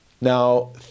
Now